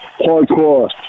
hardcore